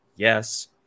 Yes